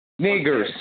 Niggers